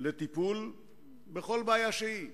לטיפול בכל בעיה שהיא.